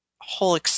whole